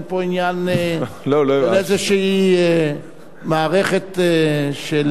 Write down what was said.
אין פה איזו מערכת של